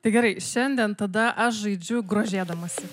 tai gerai šiandien tada aš žaidžiu grožėdamasi